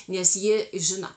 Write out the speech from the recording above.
nes jie žino